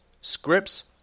scripts